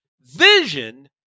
Vision